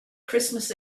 christmas